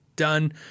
done